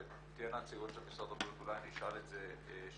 וכשתהיינה הנציגות של משרד הבריאות אולי אני אשאל את זה שוב.